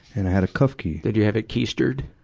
and i had a cuff key. did you have it keistered?